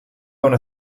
unter